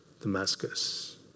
Damascus